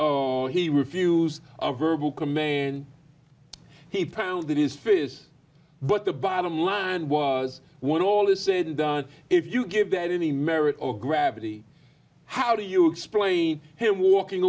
on he refused a verbal command he pounded his fear is but the bottom line was what all is said and done if you give that any merit or gravity how do you explain him walking